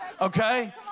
okay